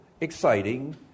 exciting